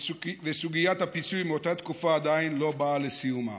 וסוגיית הפיצוי מאותה תקופה עדיין לא באה לסיומה.